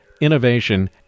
innovation